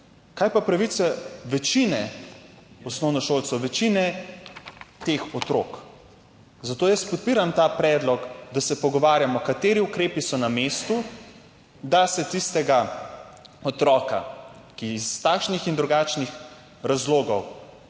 Kaj pa pravice večine osnovnošolcev, večine teh otrok? Zato jaz podpiram ta predlog, da se pogovarjamo, kateri ukrepi so na mestu, da se tistemu otroku, ki iz takšnih in drugačnih razlogov